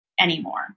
anymore